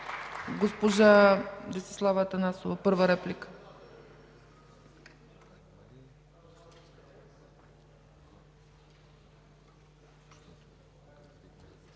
Госпожа Десислава Атанасова – първа реплика.